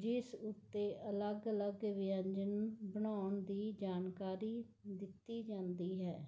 ਜਿਸ ਉੱਤੇ ਅਲੱਗ ਅਲੱਗ ਵਿਅੰਜਨ ਬਣਾਉਣ ਦੀ ਜਾਣਕਾਰੀ ਦਿੱਤੀ ਜਾਂਦੀ ਹੈ